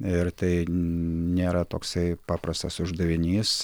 ir tai nėra toksai paprastas uždavinys